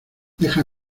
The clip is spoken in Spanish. deja